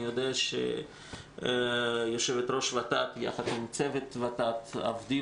אני יודע שיושבת-ראש ות"ת יחד עם צוות ות"ת עובדים